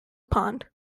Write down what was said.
pond